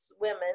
women